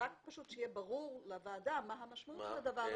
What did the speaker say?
שיהיה ברור לוועדה מה המשמעות של הדבר הזה,